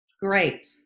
Great